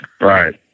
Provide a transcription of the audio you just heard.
Right